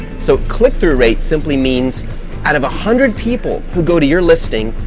so, click-through rate simply means out of a hundred people who go to your listing,